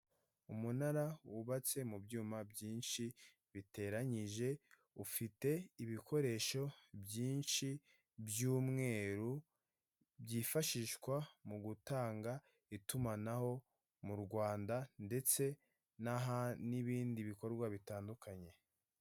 Umunara wubatse mubyuma byinshi biteranyije, ufite ibikoresho byinshi by'umweru, byifashishwa mugutanga itumanaho mu Rwanda, ndetse n'aha, n'ibindi bikorwa bitandukanye.